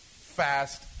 fast